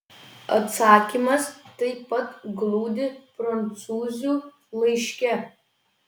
atsakymas taip pat glūdi prancūzių laiške